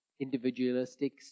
individualistic